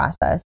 process